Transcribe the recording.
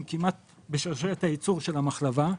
הם בשרשרת הייצור של המחלבה.